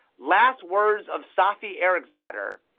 last words of saffi eriksdotter.